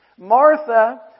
Martha